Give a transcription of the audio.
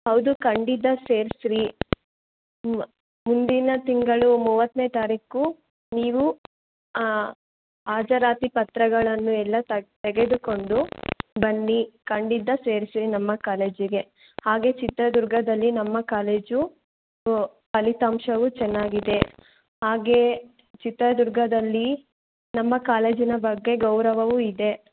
ಹೌದು ಖಂಡಿತ ಸೇರ್ಸಿರಿ ಮುಂದಿನ ತಿಂಗಳು ಮೂವತ್ತನೇ ತಾರೀಕು ನೀವು ಹಾಜರಾತಿ ಪತ್ರಗಳನ್ನು ಎಲ್ಲ ತ ತೆಗೆದುಕೊಂಡು ಬನ್ನಿ ಖಂಡಿತ ಸೇರ್ಸಿರಿ ನಮ್ಮ ಕಾಲೇಜಿಗೆ ಹಾಗೆ ಚಿತ್ರದುರ್ಗದಲ್ಲಿ ನಮ್ಮ ಕಾಲೇಜು ಫಲಿತಾಂಶವು ಚೆನ್ನಾಗಿದೆ ಹಾಗೆಯೇ ಚಿತ್ರದುರ್ಗದಲ್ಲಿ ನಮ್ಮ ಕಾಲೇಜಿನ ಬಗ್ಗೆ ಗೌರವವೂ ಇದೆ